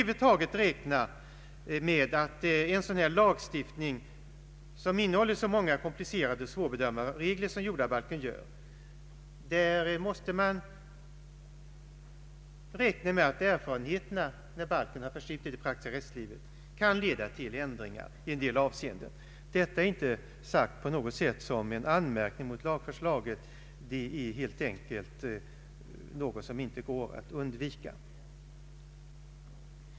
Vid en lagstiftning som innehåller så många komplicerade och svårbedömbara regler som jordabalken måste man räkna med att erfarenheterna, när balken förts ut i det praktiska rättslivet, kan leda till ändringar i en del avseenden. Detta är inte sagt på något sätt som en anmärkning mot lagförslaget, det är helt enkelt något som inte går att undvika.